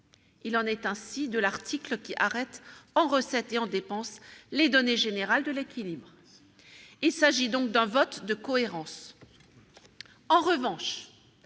Il en est ainsi de l'article 4, qui arrête en recettes et en dépenses les données générales de l'équilibre. Il s'agit donc d'un vote de cohérence. En revanche,